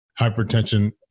hypertension